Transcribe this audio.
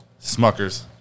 Smuckers